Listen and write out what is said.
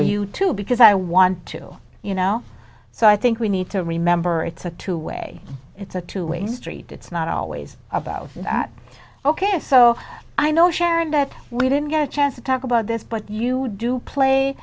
you too because i want to you know so i think we need to remember it's a two way it's a two ways st it's not always about that ok so i know sharon that we didn't get a chance to talk about this but you do play